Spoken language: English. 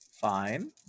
Fine